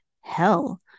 hell